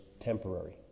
temporary